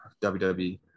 WWE